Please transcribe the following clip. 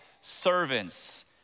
servants